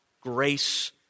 grace